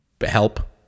help